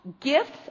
gifts